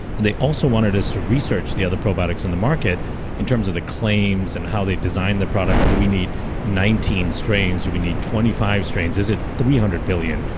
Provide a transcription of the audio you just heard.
and they also wanted us to research the other probiotics in the market in terms of the claims and how they design their products do we need nineteen strains? do we need twenty five strains? is it three hundred billion?